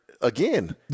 again